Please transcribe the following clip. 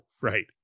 right